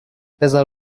بزار